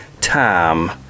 time